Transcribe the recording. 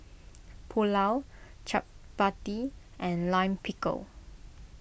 Pulao Chapati and Lime Pickle